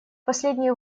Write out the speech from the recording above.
последние